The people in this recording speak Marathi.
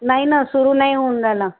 नाही ना सुरू नाही होऊन राहिला